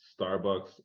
Starbucks